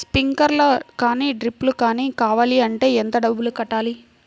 Sprinkler కానీ డ్రిప్లు కాని కావాలి అంటే ఎంత డబ్బులు కట్టాలి?